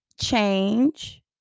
change